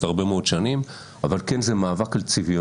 הרבה מאוד שנים אבל זה כן מאבק על צביונה.